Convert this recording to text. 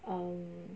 um